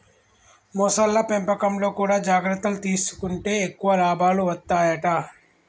మొసళ్ల పెంపకంలో కూడా జాగ్రత్తలు తీసుకుంటే ఎక్కువ లాభాలు వత్తాయట